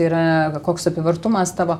yra koks apyvartumas tavo